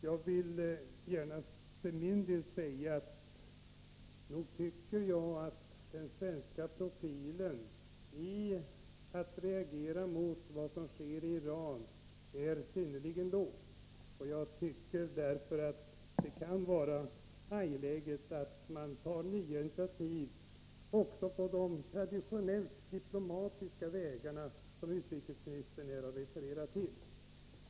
Jag vill gärna för min del säga att jag tycker att den svenska profilen när det gäller att reagera mot det som sker i Iran är synnerligen låg. Jag tycker därför att det kan vara angeläget att ta nya initiativ också på de traditionellt diplomatiska vägarna, som utrikesministern här har refererat till.